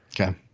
Okay